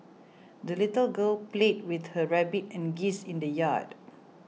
the little girl played with her rabbit and geese in the yard